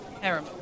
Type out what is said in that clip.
harem